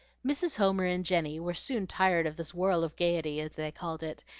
mrs. homer and jenny were soon tired of this whirl of gayety, as they called it,